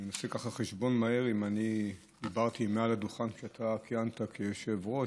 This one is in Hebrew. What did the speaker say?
אני עושה ככה חשבון מהר אם דיברתי מעל הדוכן כשאתה כיהנת כיושב-ראש.